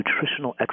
nutritional